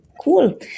cool